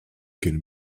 can